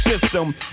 system